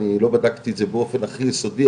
אני לא בדקתי את זה באופן הכי יסודי,